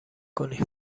کنی